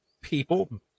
people